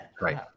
Right